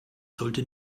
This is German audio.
sollte